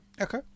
Okay